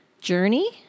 journey